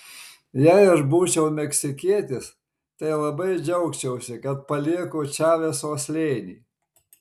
jei aš būčiau meksikietis tai labai džiaugčiausi kad palieku čaveso slėnį